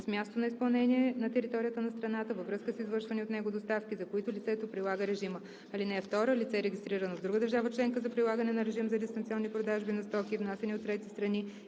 с място на изпълнение на територията на страната във връзка с извършвани от него доставки, за които лицето прилага режима. (2) Лице, регистрирано в друга държава членка за прилагане на режим за дистанционни продажби на стоки, внасяни от трети страни